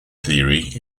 theory